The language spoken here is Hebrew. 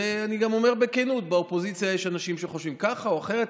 ואני גם אומר בכנות: באופוזיציה יש אנשים שחושבים כך או אחרת.